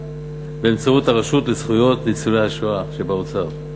באמצעות הרשות לזכויות ניצולי השואה באוצר,